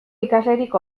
ikaslerik